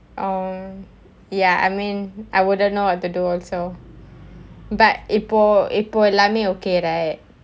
oh ya I mean I wouldn't know what to do also but இப்போ எல்லாமே:ippo ellaamae okay right